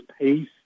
pace